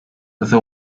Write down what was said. the